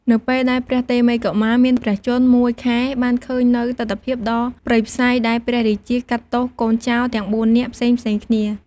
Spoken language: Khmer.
នៅពេលដែលព្រះតេមិយកុមារមានព្រះជន្ម ១ ខែបានឃើញនូវទិដ្ឋភាពដ៏ព្រៃផ្សៃដែលព្រះរាជាកាត់ទោសកូនចោរទាំង៤នាក់ផ្សេងៗគ្នា។